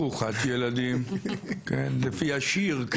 ברוכת ילדים, לפי השיר.